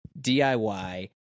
DIY